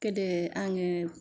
गोदो आङो